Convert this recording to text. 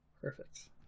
perfect